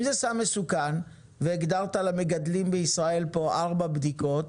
אם זה סם מסוכן והגדרת למגדלים בישראל פה ארבע בדיקות,